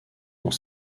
dans